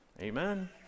Amen